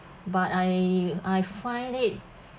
but I I find it